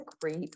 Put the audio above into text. great